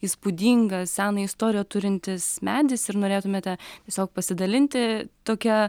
įspūdingas seną istoriją turintis medis ir norėtumėte tiesiog pasidalinti tokia